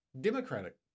democratic